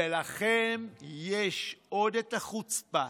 ולכם יש עוד את החוצפה